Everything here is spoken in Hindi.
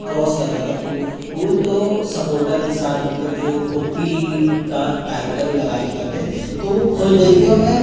क्रॉस कर रहा था पुल तो सपोर्टर के साथ मतलब जो कुप्पी का टाइप का वो लगा के करते हैं तो वो खुल गई थी और मैं